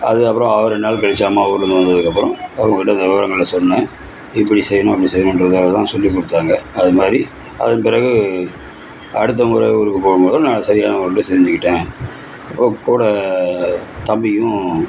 அது அப்புறம் அவ ரெண்டு நாள் கழிச்சு அம்மா ஊருலேயிருந்து வந்ததுக்கு அப்புறம் அவங்க கிட்ட இந்த விவரங்கள சொன்னேன் இப்படி செய்யணும் அப்படி செய்யணுகின்றதெல்லாம் சொல்லிக் கொடுத்தாங்க அது மாதிரி அதன் பிறகு அடுத்த முறை ஊருக்கு போகும் போது நான் சரியான முறையில் செஞ்சிக்கிட்டேன் அப்போ கூட தம்பியும்